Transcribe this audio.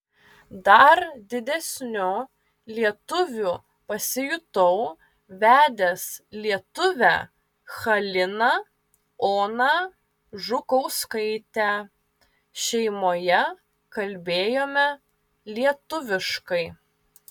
dar didesniu lietuviu pasijutau vedęs lietuvę haliną oną žukauskaitę šeimoje kalbėjome lietuviškai